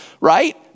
right